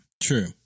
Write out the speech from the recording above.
true